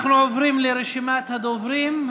אנחנו עוברים לרשימת הדוברים.